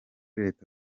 leta